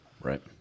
Right